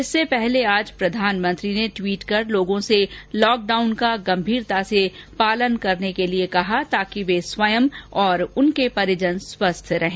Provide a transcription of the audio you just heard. इससे पहले आज प्रधानमंत्री ने टवीट कर लोगों से लॉकडाउन का गंभीरता से पालन करने के लिए कहा ताकि वे स्वयं और उनके परिजन स्वस्थ रहें